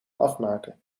afmaken